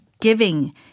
giving